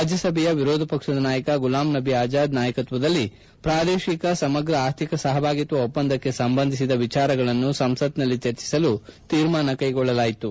ರಾಜ್ಞಸಭೆಯ ವಿರೋಧ ಪಕ್ಷದ ಗುಲಾಮ್ ನಬಿ ಆಜಾದ್ ನಾಯಕತ್ವದಲ್ಲಿ ಪ್ರಾದೇಶಿಕ ಸಮಗ್ರ ಅರ್ಥಿಕ ಸಪಭಾಗಿತ್ವ ಒಪ್ಪಂದಕ್ಕೆ ಸಂಬಂಧಿಸಿದ ವಿಚಾರಗಳನ್ನು ಸಂಸತ್ನಲ್ಲಿ ಚರ್ಚಿಸಲು ತೀರ್ಮಾನ ಕ್ಷೆಗೊಳ್ಳಲಾಯಿತು